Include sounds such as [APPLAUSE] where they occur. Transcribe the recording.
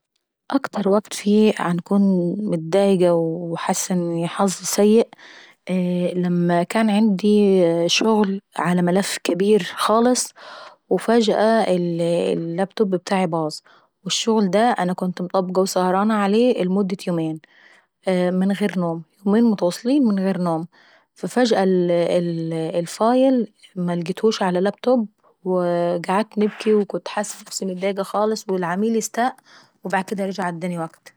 [NOISE] اكتر فيه باكون مضايقة حاسة انه وكت سيء لما كن عندي شغل على ملف كابير خالص، وفجأة اللاب توب ابتاعي باظ، ووالشغل دا انا كنت امطبقة وسهرانة عليه المدة يومين من غير نوم- يومين متواصلين من غير نوم. ففجأة الفايل ملقتهوش على اللاب توب وقعدت نبكي ، وكنت حاسة نفسي مضايقة خالص والعميل استاء وبعدين رجع اداني وكت..